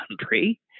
country